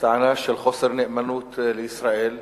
בטענה של חוסר נאמנות לישראל,